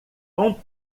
com